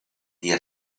die